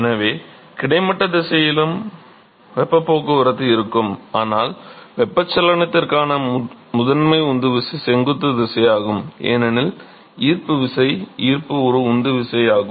எனவே கிடைமட்ட திசையிலும் வெப்ப போக்குவரத்து இருக்கும் ஆனால் வெப்பச்சலனத்திற்கான முதன்மை உந்துவிசை செங்குத்து திசையாகும் ஏனெனில் ஈர்ப்பு விசை ஈர்ப்பு ஒரு உந்து விசை ஆகும்